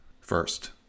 First